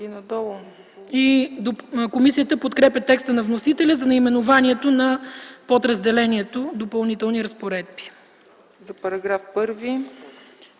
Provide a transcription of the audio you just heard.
Комисията подкрепя текста на вносителя за наименованието на подразделението „Допълнителни разпоредби”. Комисията подкрепя